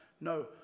No